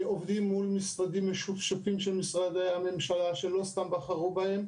עובדים מול משרדי ממשלה משופשפים שלא סתם בחרו בהם,